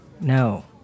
No